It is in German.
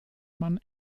man